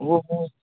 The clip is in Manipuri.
ꯑꯣ ꯍꯣ